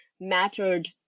mattered